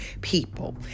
people